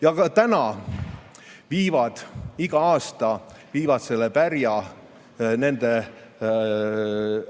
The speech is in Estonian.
austama! Ja iga aasta viivad selle pärja nende